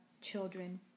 children